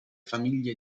famiglie